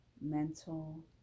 mental